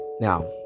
Now